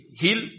heal